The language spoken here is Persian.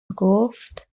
گفت